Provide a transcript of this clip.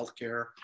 healthcare